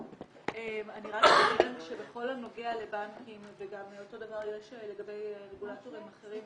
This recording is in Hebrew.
אני רק אציין שבכל הנוגע לבנקים וגם אותו דבר יש לגבי רגולטורים אחרים,